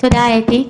תודה אתי.